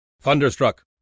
Thunderstruck